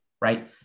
right